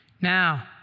Now